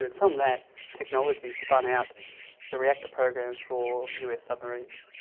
and from that technology spun out the reactor program for us submarines,